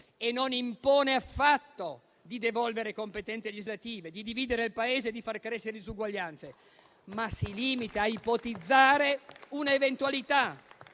e non impone affatto di devolvere competenze legislative, di dividere il Paese o di far crescere disuguaglianze, ma si limita ad ipotizzare un'eventualità,